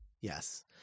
Yes